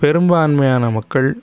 பெரும்பான்மையான மக்கள்